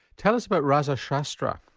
tell us about rasa shastra.